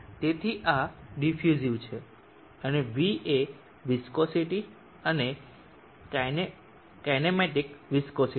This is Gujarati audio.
તેથી આ ડીફ્યુસિવ છે અને v એ વિસ્કોસીટી અને કાઇનેમેટિક વિસ્કોસીટી છે